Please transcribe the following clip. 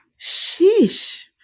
Sheesh